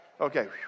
Okay